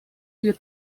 wir